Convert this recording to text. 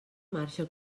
marxa